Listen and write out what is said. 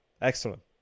Excellent